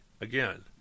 again